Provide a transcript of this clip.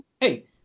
hey